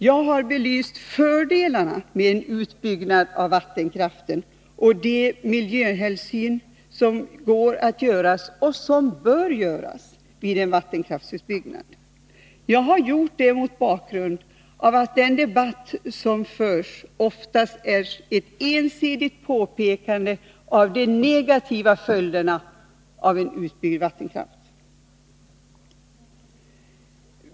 Jag har här belyst fördelarna med en utbyggnad av vattenkraften och de miljöhänsyn som går att ta — och som bör tas — vid en vattenkraftsutbyggnad. Jag har gjort detta mot bakgrund av att den debatt som förs ofta innehåller ett ensidigt påpekande av de negativa följderna av en utbyggnad.